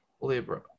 Libra